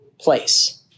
place